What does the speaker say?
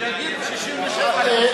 שיגיד 67' למשל.